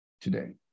today